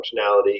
functionality